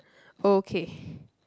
okay